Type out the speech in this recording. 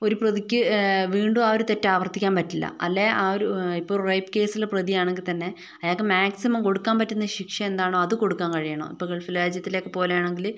ഒരു പ്രതിക്ക് വീണ്ടും ആ ഒരു തെറ്റ് ആവർത്തിക്കാൻ പറ്റില്ല അല്ലേ ആ ഒരു ഇപ്പൊൾ റേപ്പ് കേസിൽ പ്രതി ആണേൽ തന്നെ അയാൾക്ക് മാക്സിമം കൊടുക്കാൻ പറ്റുന്ന ശിക്ഷ എന്താണോ അത് കൊടുക്കാൻ കഴിയണം ഇപ്പൊൾ ഗൾഫ് രാജ്യത്തിലെയൊക്കെ പോലെ ആണെങ്കില്